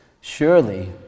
Surely